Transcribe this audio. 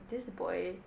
this boy